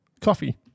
coffee